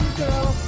girl